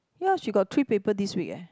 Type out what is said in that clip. ya she got three paper this week eh